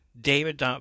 David